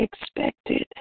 expected